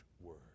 word